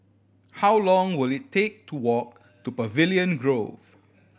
how long will it take to walk to Pavilion Grove